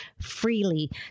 freely